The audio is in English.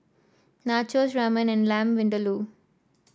Nachos Ramen and Lamb Vindaloo